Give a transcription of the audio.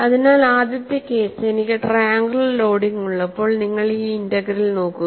അതിനാൽ ആദ്യത്തെ കേസ് എനിക്ക് ട്രയാങ്കുലർ ലോഡിംഗ് ഉള്ളപ്പോൾ നിങ്ങൾ ഈ ഇന്റഗ്രൽ നോക്കുക